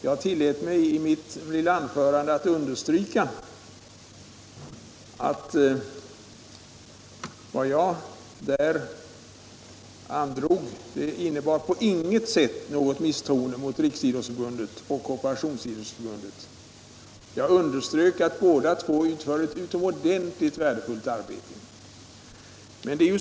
Jag tillät mig i mitt anförande understryka att vad jag där androg på intet sätt innebar något misstroende mot Riksidrottsförbundet och Korporationsidrottsförbundet. Jag betonade att båda organisationerna utför ett utomordentligt värdefullt arbete.